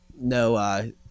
no